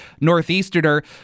Northeasterner